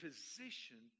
position